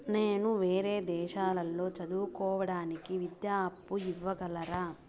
నేను వేరే దేశాల్లో చదువు కోవడానికి విద్యా అప్పు ఇవ్వగలరా?